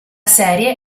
serie